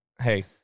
Hey